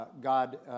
God